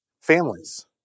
families